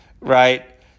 right